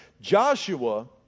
Joshua